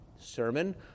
sermon